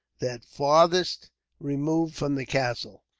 that farthest removed from the castle.